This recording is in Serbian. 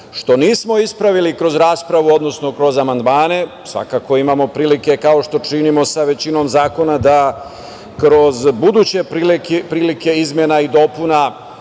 što nismo ispravili kroz raspravu, odnosno kroz amandmane, svakako imamo prilike, kao što činimo sa većinom zakona, da kroz buduće prilike izmena i dopuna